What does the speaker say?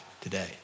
today